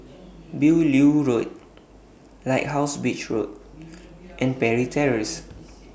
Beaulieu Road Lighthouse Beach Walk and Parry Terrace